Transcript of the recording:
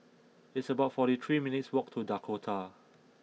it's about forty three minutes' walk to Dakota